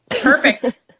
Perfect